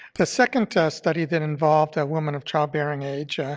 the second study that involved ah women of childbearing age,